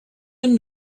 and